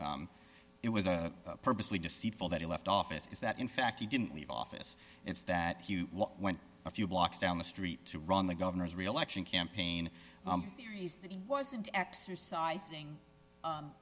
it was a purposely deceitful that he left office is that in fact he didn't leave office it's that what went a few blocks down the street to run the governor's reelection campaign theories that he wasn't exercising